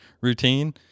routine